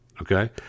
okay